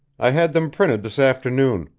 i had them printed this afternoon.